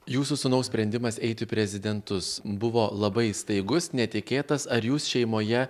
jūsų sūnaus sprendimas eiti į prezidentus buvo labai staigus netikėtas ar jūs šeimoje